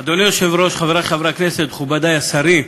אדוני היושב-ראש, חברי חברי הכנסת, מכובדי השרים,